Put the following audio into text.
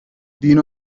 دین